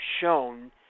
shown